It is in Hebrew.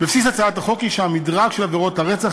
בבסיס הצעת החוק היא שהמדרג של עבירות הרצח,